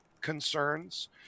concerns